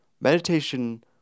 Meditation